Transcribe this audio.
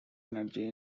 energy